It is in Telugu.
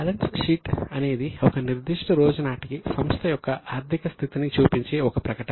బ్యాలెన్స్ షీట్ అనేది ఒక నిర్దిష్ట రోజు నాటికి సంస్థ యొక్క ఆర్థిక స్థితిని చూపించే ఒక ప్రకటన